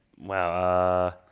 wow